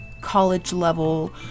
college-level